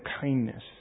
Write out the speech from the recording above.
kindness